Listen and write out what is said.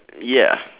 ya